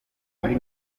muri